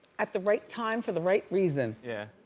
at the right time for the right reason. yeah.